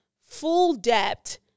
full-depth